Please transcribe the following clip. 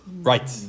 Right